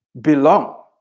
belong